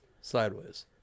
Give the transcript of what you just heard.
Sideways